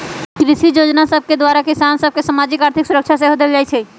कृषि जोजना सभके द्वारा किसान सभ के सामाजिक, आर्थिक सुरक्षा सेहो देल जाइ छइ